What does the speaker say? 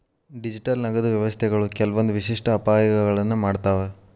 digital ನಗದು ವ್ಯವಸ್ಥೆಗಳು ಕೆಲ್ವಂದ್ ವಿಶಿಷ್ಟ ಅಪಾಯಗಳನ್ನ ಮಾಡ್ತಾವ